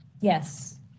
Yes